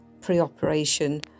pre-operation